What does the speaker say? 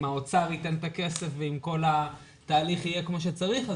אם האוצר ייתן את הכסף ואם כל התהליך יהיה כמו שצריך,